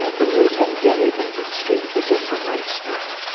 the meat and dairy industry, it is a lifestyle.